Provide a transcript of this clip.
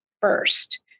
first